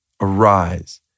Arise